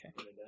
Okay